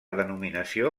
denominació